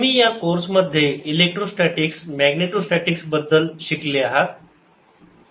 तुम्ही या कोर्स मध्ये इलेक्ट्रोस्टॅटीकस मॅग्नेटोस्टॅटिकस बद्दल शिकले आहात